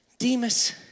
Demas